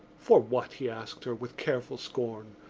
for what, he asked her, with careful scorn.